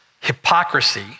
hypocrisy